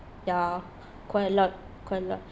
ya quite a lot quite a lot